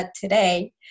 today